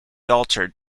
altered